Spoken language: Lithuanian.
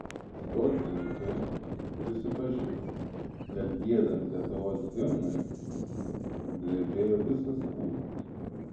sportininkai prisipažino kad giedant lietuvos himnui drebėjo visas kūnas